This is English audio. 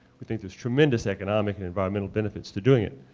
we think there's tremendous economic and environmental benefits to doing it.